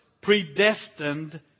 predestined